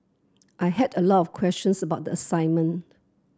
I had a lot of questions about the assignment